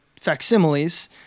facsimiles